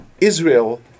Israel